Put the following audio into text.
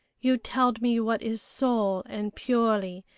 you telled me what is soul and purely,